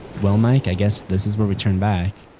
well mike, i guess this is where we turn back.